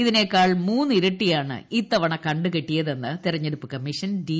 ഇതിനേക്കാൾ മൂന്നിരട്ടിയാണ് ഇത്തവണ കണ്ടുകെട്ടിയതെന്ന് തിരഞ്ഞെടുപ്പ് കമ്മീഷൻ ഡി